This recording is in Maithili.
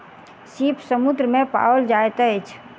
सीप समुद्र में पाओल जाइत अछि